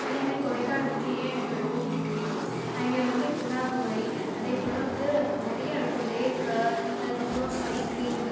அதே மாதிரி கொடைக்கானல் வந்து ஏன் எனக்கு ரொம்ப பிடிக்கும்னா அங்கே வந்து குணா குகை அதே போல வந்து நிறைய இருக்கும் லேக் அதுக்கு அப்புறம் சைக்கிளிங்